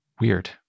Weird